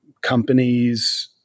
companies